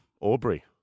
Aubrey